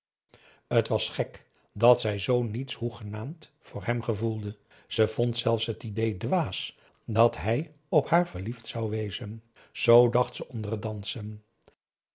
t was gek dat zij zoo niets hoegenaamd voor hem gevoelde ze vond zelfs het idée dwaas dat hij op haar verliefd zou wezen zoo dacht ze onder het dansen